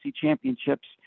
championships